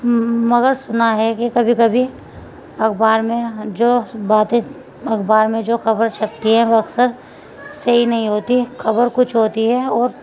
مگر سنا ہے کہ کبھی کبھی اخبار میں جو باتیں اخبار میں جو خبر چھپتی ہیں وہ اکثر صحیح نہیں ہوتی خبر کچھ ہوتی ہے اور